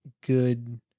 good